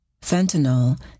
Fentanyl